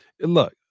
Look